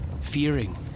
fearing